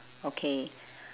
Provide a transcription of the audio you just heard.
okay